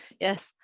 yes